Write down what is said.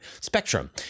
spectrum